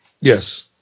Yes